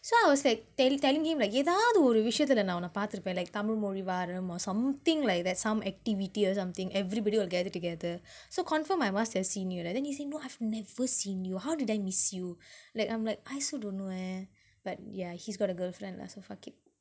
so I was like telli~ telling him that எதாவது ஒரு விஷயத்துல நா உன்ன பாத்துருப்பே:ethavathu oru visayathula naa unna paathuruppae like Tamil மொழி வாரம்:tamil moli vaaram or something like that some activity or something everybody will gather together so confirm I must have seen you leh then he say no I've never seen you how did I miss you like I'm like I also don't know eh but yeah he's got a girlfriend lah so fuck it